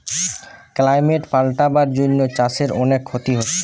climate পাল্টাবার জন্যে চাষের অনেক ক্ষতি হচ্ছে